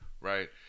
right